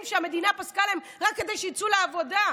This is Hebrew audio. שהמדינה פסקה להן רק כדי שיצאו לעבודה.